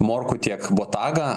morkų tiek botagą